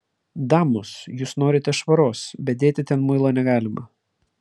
damos jūs norite švaros bet dėti ten muilo negalima